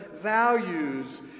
values